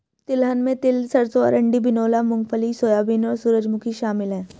तिलहन में तिल सरसों अरंडी बिनौला मूँगफली सोयाबीन और सूरजमुखी शामिल है